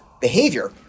behavior